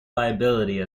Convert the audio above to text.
liability